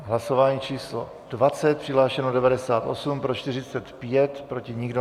Hlasování číslo 20. Přihlášeno 98, pro 45, proti nikdo.